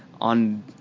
on